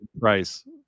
Price